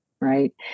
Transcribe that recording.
Right